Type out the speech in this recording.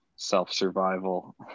self-survival